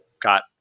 got